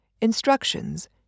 Instructions